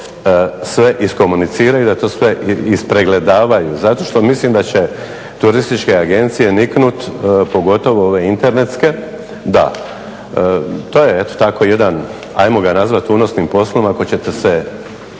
sve iskomuniciraju i da to sve ispregledavaju zato što mislim da će turističke agencije niknut pogotovo ove internetske. Da, to je eto tako jedan hajmo ga nazvati unosnim poslom ako ćete se